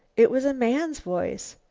it was a man's voice.